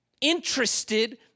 interested